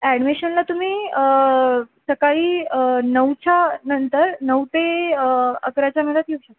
ॲडमिशनला तुम्ही सकाळी नऊच्या नंतर नऊ ते अकराच्या येऊ शकता